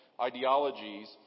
ideologies